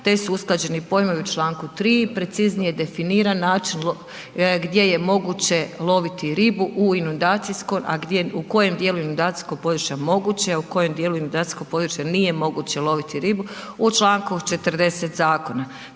te su usklađeni pojmovi u članku 3. preciznije definiran način gdje je moguće loviti ribu u inundacijskom a gdje, u kojem dijelu inundacijskog područja je moguće a u kojem dijelu inundacijskog područja nije moguće loviti ribu, u članku 40. zakona.